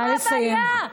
מה הבעיה?